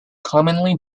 commonly